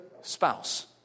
spouse